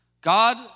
God